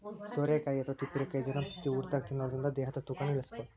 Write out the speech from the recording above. ಸೋರೆಕಾಯಿ ಅಥವಾ ತಿಪ್ಪಿರಿಕಾಯಿ ದಿನಂಪ್ರತಿ ಊಟದಾಗ ತಿನ್ನೋದರಿಂದ ದೇಹದ ತೂಕನು ಇಳಿಸಬಹುದು